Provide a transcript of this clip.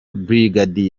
brig